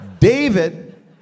David